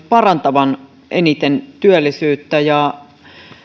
parantavan eniten työllisyyttä ja